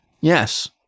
Yes